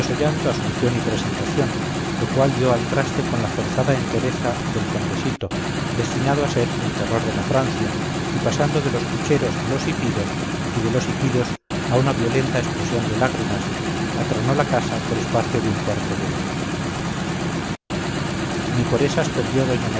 llanto asunción y presentación lo cual dio al traste con la forzada entereza del condesito destinado a ser el terror de la francia y pasando de los pucheros a los hipidos y de los hipidos a una violenta explosión de lágrimas atronó la casa por espacio de un cuarto de hora ni por esas perdió doña